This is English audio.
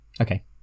okay